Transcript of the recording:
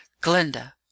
Glinda